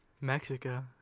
Mexico